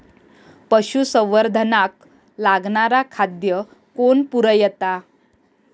पशुसंवर्धनाक लागणारा खादय कोण पुरयता?